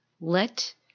Let